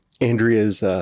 Andrea's